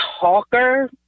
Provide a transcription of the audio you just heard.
talker